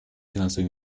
финансовые